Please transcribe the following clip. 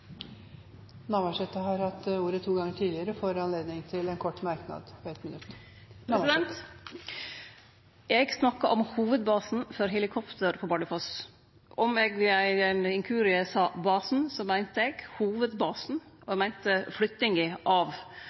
Navarsete har hatt ordet to ganger tidligere og får ordet til en kort merknad, begrenset til 1 minutt. Eg snakka om hovudbasen for helikopter på Bardufoss. Om eg ved ein inkurie sa «basen», meinte eg «hovudbasen», og eg meinte flyttinga av